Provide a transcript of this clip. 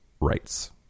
rights